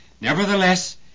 nevertheless